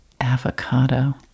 Avocado